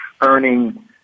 earning